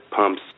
pumps